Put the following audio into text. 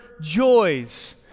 joys